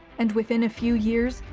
and within a few years,